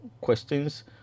questions